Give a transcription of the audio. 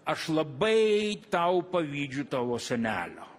aš labai tau pavydžiu tavo senelio